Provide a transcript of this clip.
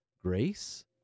grace